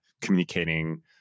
communicating